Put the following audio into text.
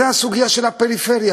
זאת הסוגיה של הפריפריה.